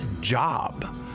job